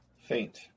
faint